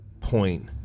point